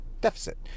deficit